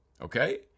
okay